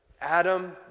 Adam